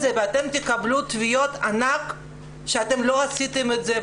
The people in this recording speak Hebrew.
זה ואתם תקבלו תביעות ענק שאתם לא עשיתם את זה,